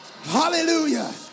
hallelujah